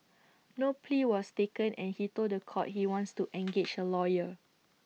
no plea was taken and he told The Court he wants to engage A lawyer